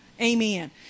Amen